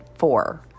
four